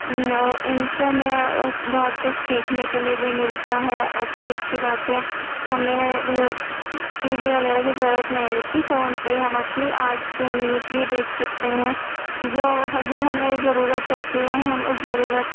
نو ان سے ہمیں بہت کچھ سیکھنے کے لیے بھی ملتا ہے اچھی اچھی باتیں ہمیں ٹی وی وغیرہ کی ضرورت نہیں رہتی فون پہ ہی ہم اپنی آج کی نیوز بھی دیکھ سکتے ہیں جو جو ہمیں ضرورت ہوتی ہے ہم اس ضرورت